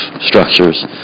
structures